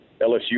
LSU